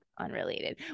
unrelated